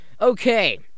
Okay